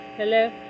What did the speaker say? Hello